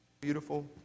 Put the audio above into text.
beautiful